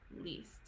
least